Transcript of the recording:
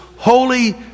Holy